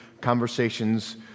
Conversations